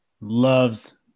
loves